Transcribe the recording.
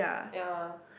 ya